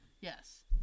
yes